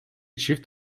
çift